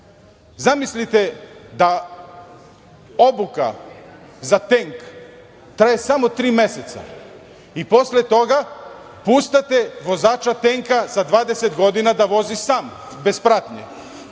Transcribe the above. da obuka za tenk traje samo tri meseca i posle toga puštate vozača tenka sa 20 godina da vozi sam, bez pratnje.